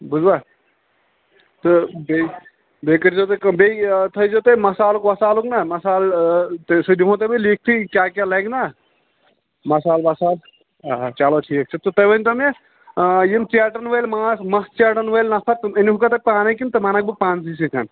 بوٗزوا تہٕ بیٚیہِ بیٚیہِ کٔرۍزیو تُہۍ کٲم بیٚیہِ تھٲیزیو تُہۍ مصالُک وصالُک نا مصالہٕ تُہۍ سُہ دِمہو تۄہہِ بہٕ لیٖکھتٕے کیٛاہ کیٛاہ لَگہِ نا مصالہٕ وصال آ چلو ٹھیٖک چھُ تہٕ تُہۍ ؤنۍتو مےٚ یِم ژیٹَن وٲلۍ ماز مَژھ ژیٹَن وٲلۍ نَفر تِم أنۍ وُکھہ تُہۍ پانَے کِنہٕ تِم اَنَکھ بہٕ پانسٕے سۭتۍ